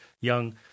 young